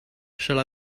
shall